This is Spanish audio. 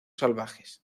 salvajes